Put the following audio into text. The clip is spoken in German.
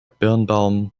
birnbaum